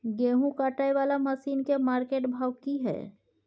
गेहूं काटय वाला मसीन के मार्केट भाव की हय?